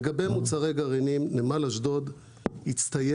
לגבי מוצרי גרעינים נמל אשדוד הצטייד